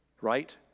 right